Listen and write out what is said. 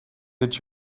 did